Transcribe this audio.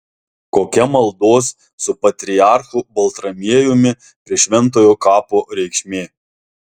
kokia maldos su patriarchu baltramiejumi prie šventojo kapo reikšmė